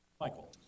Michael